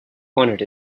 wanted